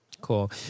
cool